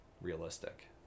realistic